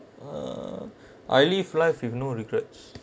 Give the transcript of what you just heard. uh I live life with no regrets